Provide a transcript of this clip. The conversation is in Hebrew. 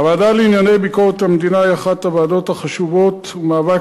הוועדה לענייני ביקורת המדינה היא אחת הוועדות החשובות ומהווה